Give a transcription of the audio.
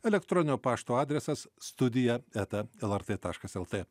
elektroninio pašto adresas studija eta lrt taškas lt